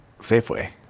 Safeway